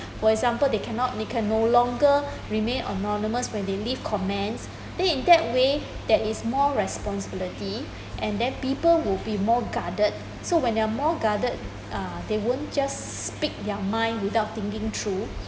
for example they cannot they can no longer remain anonymous when they leave comments then and in that way there is more responsibility and then people would be more guarded so when they are more guarded uh they won't just speak their mind without thinking through